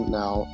now